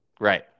Right